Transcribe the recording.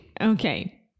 Okay